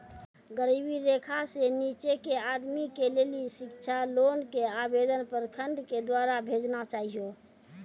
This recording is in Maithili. गरीबी रेखा से नीचे के आदमी के लेली शिक्षा लोन के आवेदन प्रखंड के द्वारा भेजना चाहियौ?